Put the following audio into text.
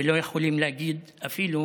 ולא יכולים להגיד אפילו